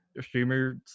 streamers